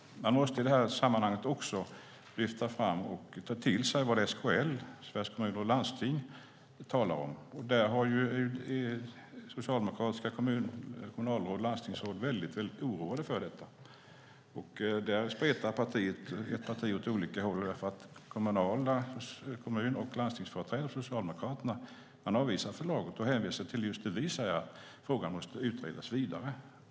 Man måste i det här sammanhanget ta till sig vad SKL, Sveriges Kommuner och Landsting, talar om. Socialdemokratiska kommunalråd och landstingsråd är oroade. Partiet spretar åt olika håll. Kommun och landstingsföreträdare för Socialdemokraterna avvisar förslaget och hänvisar till det vi säger, nämligen att frågan måste utredas vidare.